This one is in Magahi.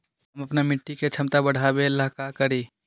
हम अपना मिट्टी के झमता बढ़ाबे ला का करी?